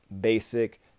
basic